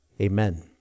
amen